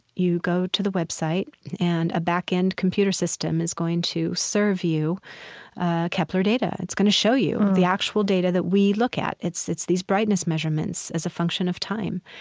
you go to the website and a backend computer system is going to serve you ah kepler data. it's going show you the actual data that we look at. it's it's these brightness measurements as a function of time.